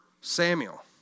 Samuel